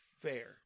Fair